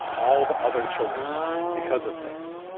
all the other children because of this.